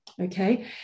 Okay